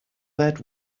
that